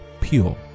pure